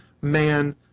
man